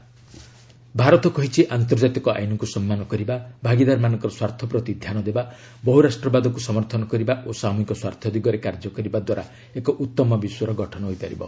RIC FM Bharat କହିଛି ଆନ୍ତର୍ଜାତିକ ଆଇନ୍କୁ ସମ୍ମାନ କରିବା ଭାଗିଦାରମାନଙ୍କ ସ୍ୱାର୍ଥ ପ୍ରତି ଧ୍ୟାନ ଦେବା ବହୁରାଷ୍ଟ୍ରବାଦକୁ ସମର୍ଥନ କରିବା ଓ ସାମୁହିକ ସ୍ୱାର୍ଥ ଦିଗରେ କାର୍ଯ୍ୟ କରିବା ଦ୍ୱାରା ଏକ ଉତ୍ତମ ବିଶ୍ୱର ଗଠନ ହୋଇପାରିବ